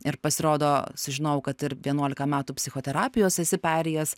ir pasirodo sužinojau kad ir vienuolika metų psichoterapijos esi perėjęs